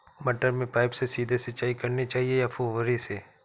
मटर में पाइप से सीधे सिंचाई करनी चाहिए या फुहरी से?